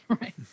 Right